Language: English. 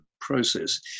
process